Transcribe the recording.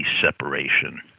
separation